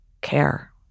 care